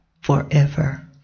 forever